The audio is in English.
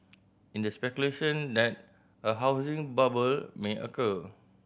in this speculation that a housing bubble may occur